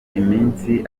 iminsi